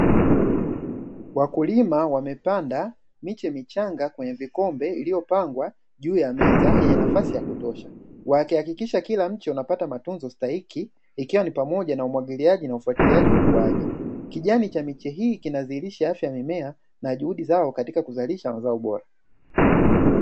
Wakulima wamepanda miche michanga kwenye vikombe iliyopangwa juu ya meza yenye nafasi yakutosha wakihakikisha kila mche unapata matunzo stahiki, ikiwa ni pamoja na umwagiliaji na ugaliaji wa ukuaji kijani cha miche hii kinazihirisha afya ya mimea na juhudi zao za kuzalisha mazao bora.